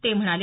ते म्हणाले